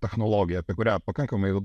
technologiją apie kurią pakankamai